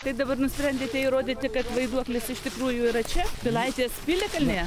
tai dabar nusprendėte įrodyti kad vaiduoklis iš tikrųjų yra čia pilaitės piliakalnyje